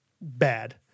bad